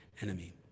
enemy